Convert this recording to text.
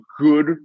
good